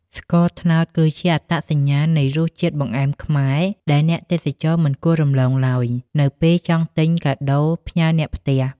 ស្ករត្នោតគឺជាអត្តសញ្ញាណនៃរសជាតិបង្អែមខ្មែរ ដែលអ្នកទេសចរមិនគួររំលងឡើយនៅពេលចង់ទិញកាដូផ្ញើអ្នកផ្ទះ។